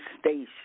Station